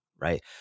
right